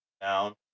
Down